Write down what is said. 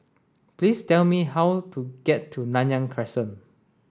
please tell me how to get to Nanyang Crescent